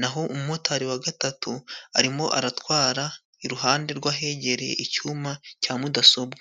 na ho umumotari wa gatatu arimo aratwara iruhande rw'ahegereye icyuma cya mudasobwa.